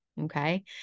Okay